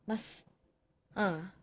must uh